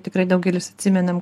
tikrai daugelis atsimenam